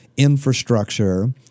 infrastructure